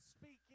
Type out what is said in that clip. speaking